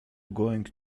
going